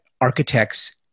architects